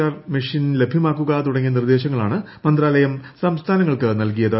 R machine ലഭ്യമാക്കുക തുടങ്ങിയ നിർദ്ദേശങ്ങളാണ് മന്ത്രാലിയും സംസ്ഥാനങ്ങൾക്ക് നൽകിയത്